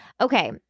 Okay